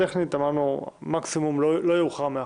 טכנית, לא יאוחר מ-13:00.